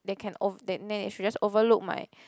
they can ov~ they should just overlook my